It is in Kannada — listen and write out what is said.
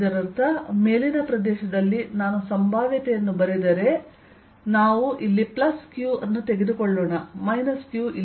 ಇದರರ್ಥ ಮೇಲಿನ ಪ್ರದೇಶದಲ್ಲಿ ನಾನು ಸಂಭಾವ್ಯತೆಯನ್ನು ಬರೆದರೆ ಆದ್ದರಿಂದ ನಾವು ಇಲ್ಲಿ q ಅನ್ನು ತೆಗೆದುಕೊಳ್ಳೋಣ q ಇಲ್ಲಿ